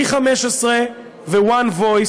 V15 ו-One Voice,